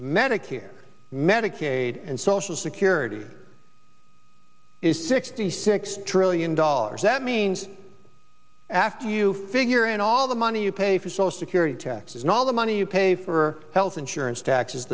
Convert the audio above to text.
medicare medicaid and social security is sixty six trillion dollars that means after you figure in all the money you pay for social security taxes and all the money you pay for health insurance taxes